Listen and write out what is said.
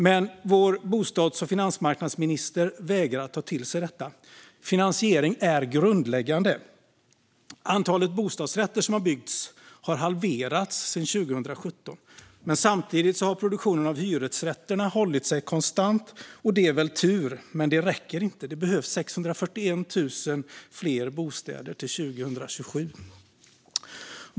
Men vår bostads och finansmarknadsminister vägrar att ta till sig detta. Finansiering är grundläggande. Antalet bostadsrätter som byggs har halverats sedan 2017. Samtidigt har produktionen av hyresrätter hållit sig konstant, och det är väl tur, men det räcker inte. Det behövs 641 000 fler bostäder till 2027.